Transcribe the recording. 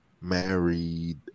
married